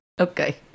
Okay